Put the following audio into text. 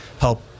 help